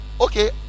okay